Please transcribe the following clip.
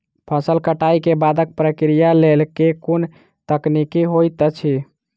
फसल कटाई केँ बादक प्रक्रिया लेल केँ कुन तकनीकी होइत अछि?